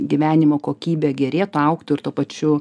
gyvenimo kokybė gerėtų augtų ir tuo pačiu